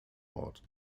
ort